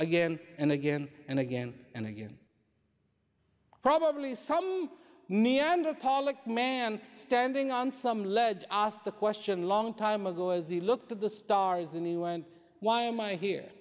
again and again and again and again probably some neanderthal a man standing on some lead asked the question long time ago as he looked at the stars and he went why am i he